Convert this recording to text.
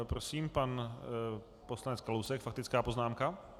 Prosím, pan poslanec Kalousek, faktická poznámka.